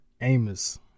Amos